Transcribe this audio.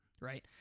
right